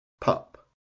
pup